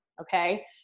okay